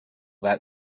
that